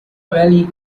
valley